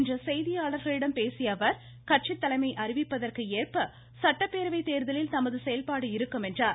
இன்று செய்தியாளர்களிடம் பேசிய அவர் கட்சி மகுரையில் தலைமை அறிவிப்பிற்கு ஏற்ப சட்டப்பேரவை தோ்தலில் தமது செயல்பாடு இருக்கும் என்றார்